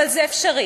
אבל זה אפשרי.